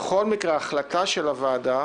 בכל מקרה החלטה של הוועדה,